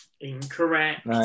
Incorrect